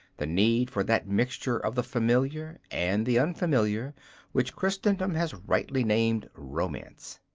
the need for that mixture of the familiar and the unfamiliar which christendom has rightly named romance.